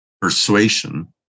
persuasion